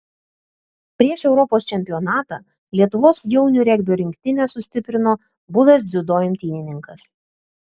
prieš europos čempionatą lietuvos jaunių regbio rinktinę sustiprino buvęs dziudo imtynininkas